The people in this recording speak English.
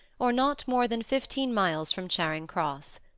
or not more than fifteen miles from charing cross.